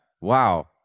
Wow